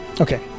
Okay